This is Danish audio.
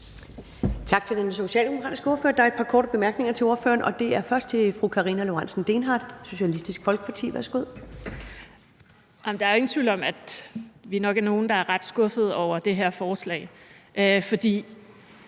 Tak til den socialdemokratiske ordfører. Der er et par korte bemærkninger til ordføreren, og det er først fra fru Karina Lorentzen Dehnhardt, Socialistisk Folkeparti. Værsgo. Kl. 14:44 Karina Lorentzen Dehnhardt (SF): Der er jo ingen tvivl om, at vi nok er nogle, der er ret skuffede over det her forslag,